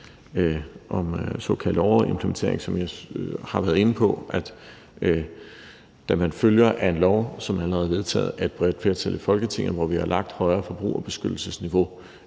om såkaldt overimplementering, som jeg har været inde på. Da man følger en lov, som allerede er vedtaget af et bredt flertal i Folketinget, hvor vi har lagt et højere forbrugerbeskyttelsesniveau